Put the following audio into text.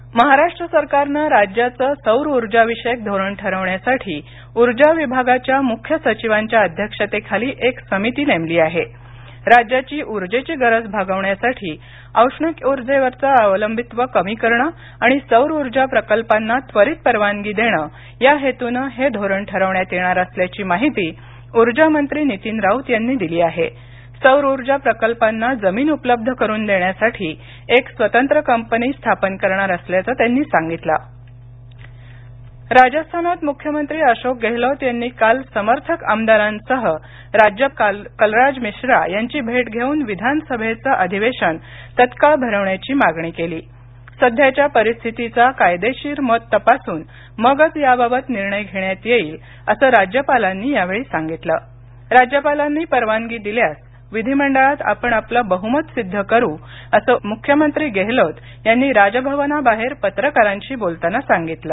सौर उर्जा महाराष्ट्र सरकारनं राज्याचं सौर उर्जाविषयक धोरण ठरवण्यासाठी उर्जा विभागाच्या मुख्य सचिवांच्या अध्यक्षतेखाली एक समिती नेमली आहेराज्याची उर्जेची गरज भागवण्यासाठी औष्णिक उर्जेवरचं अवलंबित्व कमी करण ं आणि सौर उर्जा प्रकल्पांना त्वरित परवानगी देणं या हेतून हे धोरण ठरवण्यात येणार असल्याची माहिती उर्जा मंत्री नितीन राऊत यांनी दिली आहेसौर उर्जा प्रकल्पांना जमीन उपलब्ध करुन देण्यासाठी एक स्वतंत्र कंपनी स्थापन क रणार असल्याचं त्यांनी सांगितलं राजस्थान राजस्थानात मुख्यमंत्री अशोक गेहलोत यांनी काल समर्थक आमदारांसह राज्यपाल कालराज मिश्रा यांची भेट घेऊन विधानसभेचं अधिवेशन तत्काळ भरवण्याची मागणी केलीसध्याच्या परिस्थितीचा कायदेशीर मत तपासून मगच याबाबत निर्णय घेण्यात येईल असं राज्यपालांनी यावेळी सांगितलंराज्यपालांनी परवानगी दिल्यास विधिमंडळात आपण आपलं बहुमत सिद्ध करू असं मुख्यमंत्री गेहलोत यांनी राजभावनाबाहेर पत्रकारांशी बोलताना सांगितलं